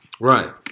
Right